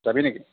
যাবি নেকি